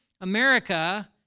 America